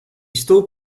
still